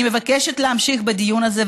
אני מבקשת להמשיך בדיון הזה,